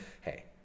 Hey